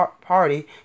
party